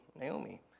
Naomi